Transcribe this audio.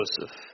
Joseph